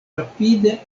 rapide